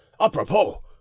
apropos